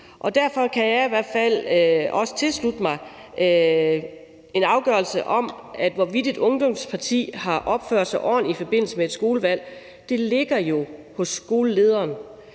Derfor kan jeg i hvert fald også tilslutte mig, at en afgørelse om, hvorvidt et ungdomsparti har opført sig ordentligt i forbindelse med et skolevalg, jo ligger hos skolelederen